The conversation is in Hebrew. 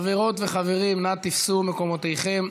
חברות וחברים, נא תפסו מקומותיכם.